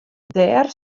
dêr